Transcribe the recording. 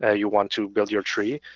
ah you want to build your tree.